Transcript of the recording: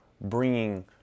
bringing